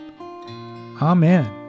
Amen